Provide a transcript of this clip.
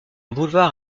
boulevard